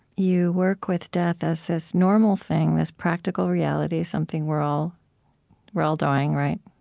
you work with death as this normal thing, this practical reality, something we're all we're all dying, right?